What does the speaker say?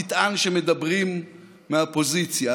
תטען שמדברים מהפוזיציה.